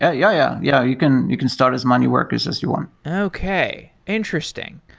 ah yeah. yeah, you can you can start as many workers as you want. okay, interesting.